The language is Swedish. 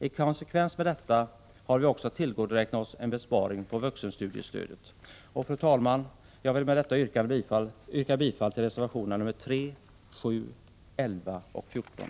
I konsekvens med detta har vi också tillgodoräknat oss besparing på vuxenstudiestödet. Fru talman! Jag vill med detta yrka bifall till reservationerna 3, 7, 11 och 14.